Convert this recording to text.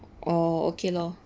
oh okay lor